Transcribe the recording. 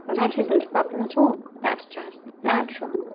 but and isn't a problem at all, that's just natural.